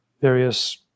various